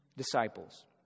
disciples